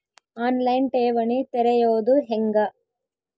On line ಠೇವಣಿ ತೆರೆಯೋದು ಹೆಂಗ?